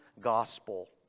gospel